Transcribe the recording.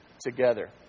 together